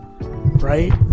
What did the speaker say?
right